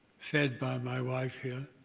fed by my wife here,